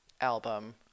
album